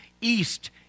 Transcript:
east